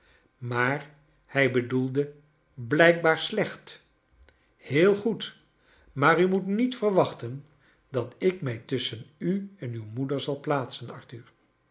maar hij bedoelde blijkbaar slecht heel goed maar u mo'et niet verwachten dat ik mij tusschen u en uw rnoeder zal plaatsen